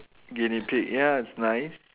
guinea pig ya it's nice